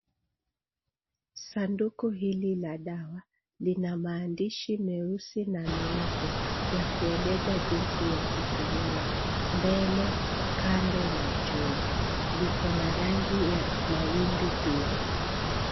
Sanduku hili la dawa lina maandishi meusi na meupe yakueleza jinsi ya kutumia. Mbele, kando, na juu, liko na rangi ya mawimbi pia.